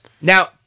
Now